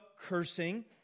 cursing